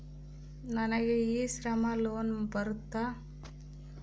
ನನಗೆ e Shram loan ಬರುತ್ತಾ?